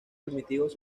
primitivos